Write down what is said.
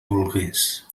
volgués